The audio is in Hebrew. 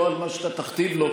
לא על מה שאתה תכתיב לו.